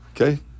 Okay